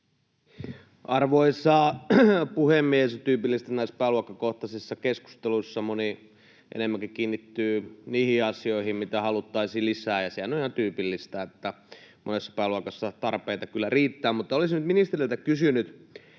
Arvoisa puhemies! Tyypillisesti näissä pääluokkakohtaisissa keskusteluissa moni enemmänkin kiinnittyy niihin asioihin, mitä haluttaisiin lisää, ja sehän on ihan tyypillistä, että monessa pääluokassa tarpeita kyllä riittää. Mutta olisin nyt ministeriltä kysynyt,